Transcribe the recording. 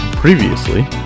Previously